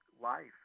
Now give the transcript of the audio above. life